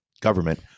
government